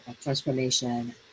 transformation